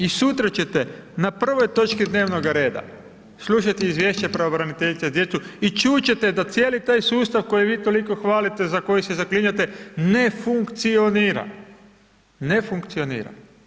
I sutra ćete na prvoj točki dnevnog reda, slušajte izvješće pravobraniteljice za djecu i čuti ćete da cijeli taj sustav koji vi toliko hvalite, za koji se zaklinjete ne funkcionira, ne funkcionira.